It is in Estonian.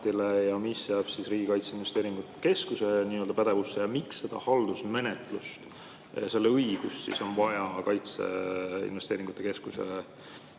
ja mis jääb Riigi Kaitseinvesteeringute Keskuse pädevusse? Ja miks seda haldusmenetluse õigust on vaja kaitseinvesteeringute keskuse